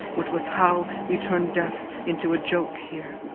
which was how we turned death into a joke here,